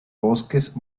bosques